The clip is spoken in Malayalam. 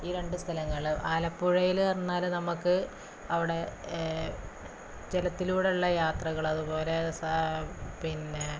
ഈ രണ്ട് സ്ഥലങ്ങള് ആലപ്പുഴയില് പറഞ്ഞാല് നമുക്ക് അവിടെ ജലത്തിലൂടെയുള്ള യാത്രകള് അതുപോലെ പിന്നെ